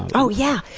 oh yeah!